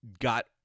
got